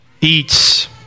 eats